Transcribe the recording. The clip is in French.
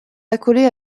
accolés